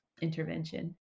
intervention